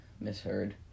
misheard